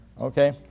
okay